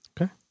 Okay